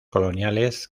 coloniales